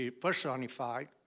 personified